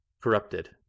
Corrupted